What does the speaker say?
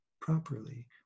properly